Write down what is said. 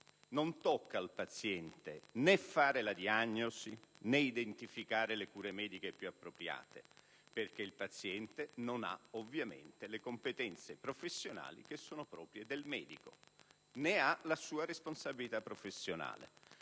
Non tocca al paziente né fare la diagnosi né identificare le cure mediche più appropriate: il paziente non ha ovviamente le competenze professionali proprie del medico, né ha la sua responsabilità professionale.